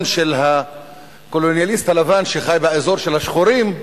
של הקולוניאליסט הלבן שחי באזור של השחורים,